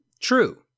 true